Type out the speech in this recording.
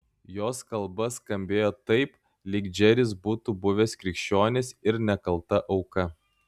jos kalba skambėjo taip lyg džeris būtų buvęs krikščionis ir nekalta auka